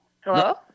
Hello